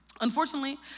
unfortunately